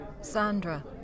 Sandra